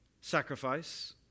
sacrifice